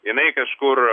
jinai kažkur